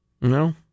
no